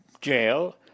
jail